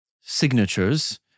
signatures